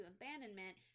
abandonment